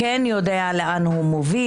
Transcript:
כן יודע לאן הוא מוביל,